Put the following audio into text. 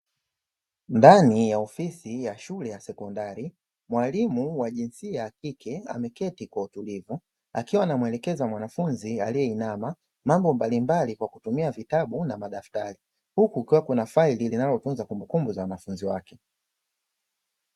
Ndani ya ofisi ya shule ya sekondari mwalimu wa jinsia ya kike ameketi kwa utulivu akiwa anamuelekeza mwanafunzi aliyeinama mambo mbalimbali kwa kutumia vitabu na madaftari, huku kukiwa na mafaili yanayotunza kumbukumbu za wanafunzi wake.